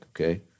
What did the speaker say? okay